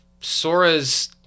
Sora's